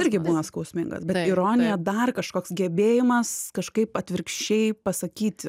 irgi būna skausmingas bet ironija dar kažkoks gebėjimas kažkaip atvirkščiai pasakyti